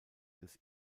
des